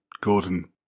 Gordon